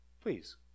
please